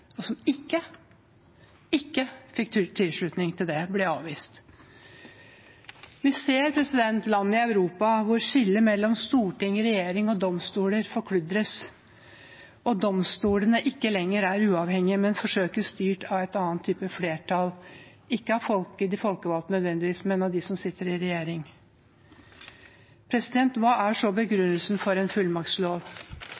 og som ikke fikk tilslutning til det – det ble avvist. Vi ser land i Europa hvor skillet mellom parlament, regjering og domstoler forkludres, og domstolene ikke lenger er uavhengige, men forsøkes styrt av en annen type flertall, ikke av folket og de folkevalgte nødvendigvis, men av dem som sitter i regjering. Hva er så